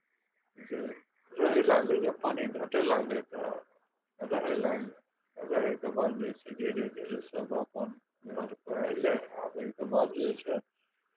से रहय लागलै जब पानी घटय लागलै तऽ रहय लागलै रहयके बाद जे छै से धीरे धीरे सभ अपन घरपर अयलै आ अबयके बाद जे छै